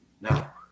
now